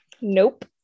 Nope